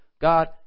God